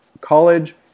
College